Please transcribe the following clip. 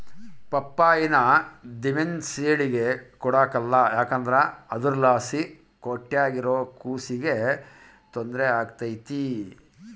ಪಪ್ಪಾಯಿನ ದಿಮೆಂಸೇಳಿಗೆ ಕೊಡಕಲ್ಲ ಯಾಕಂದ್ರ ಅದುರ್ಲಾಸಿ ಹೊಟ್ಯಾಗಿರೋ ಕೂಸಿಗೆ ತೊಂದ್ರೆ ಆಗ್ತತೆ